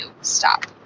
stop